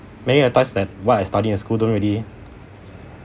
many a times that what I studied in school don't really